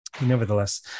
Nevertheless